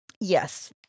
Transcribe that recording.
Yes